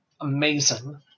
Amazing